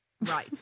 Right